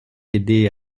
aidé